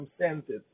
circumstances